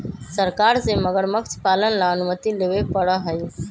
सरकार से मगरमच्छ पालन ला अनुमति लेवे पडड़ा हई